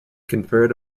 conferred